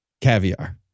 Caviar